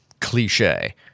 cliche